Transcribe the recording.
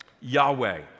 Yahweh